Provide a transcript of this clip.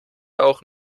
auch